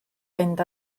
fynd